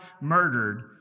murdered